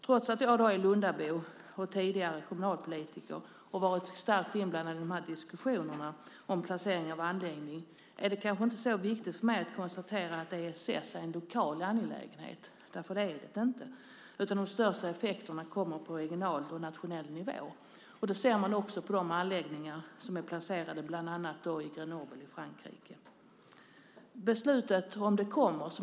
Trots att jag är Lundabo och tidigare kommunalpolitiker och har varit starkt inblandad i de här diskussionerna om placeringen av anläggningen är det kanske inte så viktigt för mig att konstatera att ESS är en lokal angelägenhet därför att det är det inte. De största effekterna kommer på regional och nationell nivå, och det ser man också på de anläggningar som är placerade bland annat i Grenoble i Frankrike.